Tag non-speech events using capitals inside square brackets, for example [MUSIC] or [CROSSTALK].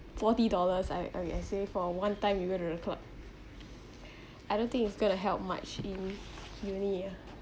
forty dollars I I I save for one time you go to the club [BREATH] I don't think it's going to help much in uni ah